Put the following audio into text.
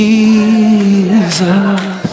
Jesus